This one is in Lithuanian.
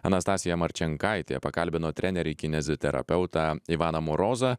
anastasija marčenkaitė pakalbino trenerį kineziterapeutą ivaną morozą